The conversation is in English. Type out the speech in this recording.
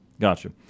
Gotcha